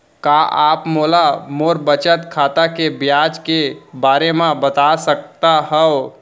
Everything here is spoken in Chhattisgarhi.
का आप मोला मोर बचत खाता के ब्याज के बारे म बता सकता हव?